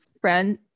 friend